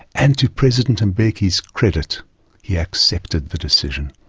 and to president and mbeki's credit he accepted the decision.